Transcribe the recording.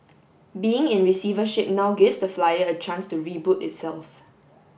being in receivership now gives the flyer a chance to reboot itself